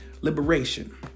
Liberation